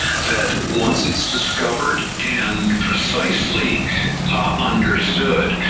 that once it's discovered and precisely understood,